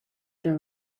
there